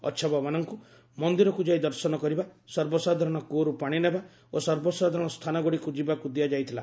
ଅଛବମାନଙ୍କୁ ମନ୍ଦିରକୁ ଯାଇ ଦର୍ଶନ କରିବା ସର୍ବସାଧାରଣ କୂଅରୁ ପାଣିନେବା ଓ ସର୍ବସାଧାରଣ ସ୍ଥାନଗୁଡ଼ିକୁ ଯିବାକୁ ଦିଆଯାଇଥିଲା